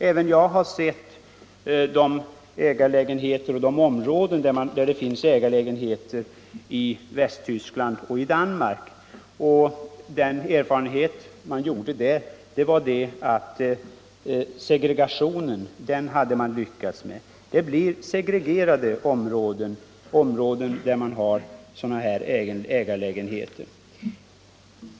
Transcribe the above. Även jag har sett ägarlägenheter och de områden där det finns sådana i Västtyskland och i Danmark. Den erfarenhet man främst gjort där är att det man har lyckats med det är en segregation i boendet. De områden där det finns ägarlägenheter blir segregerade.